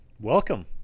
Welcome